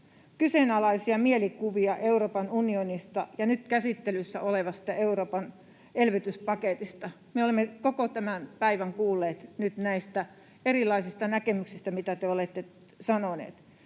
kyseenalaisia mielikuvia Euroopan unionista ja nyt käsittelyssä olevasta Euroopan elvytyspaketista — me olemme koko tämän päivän kuulleet nyt näitä erilaisia näkemyksiä, mitä te olette sanoneet.